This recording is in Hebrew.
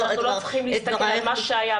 אנחנו לא צריכים להסתכל על מה שהיה.